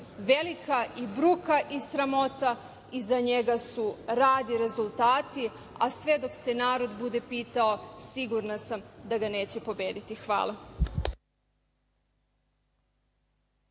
velika i bruka i sramota. Iza njega su rad i rezultati, a sve dok se narod bude pitao sigurana sam da ga neće pobediti. Hvala.